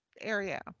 area